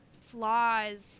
flaws